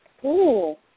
Cool